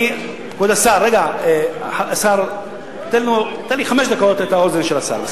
כבוד השר, תן לי חמש דקות את האוזן של השר.